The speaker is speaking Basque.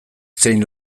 zein